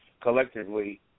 collectively